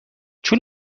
چون